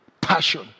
passion